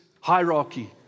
hierarchy